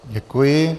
Děkuji.